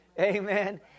Amen